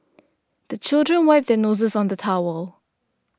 the children wipe their noses on the towel